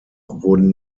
wurden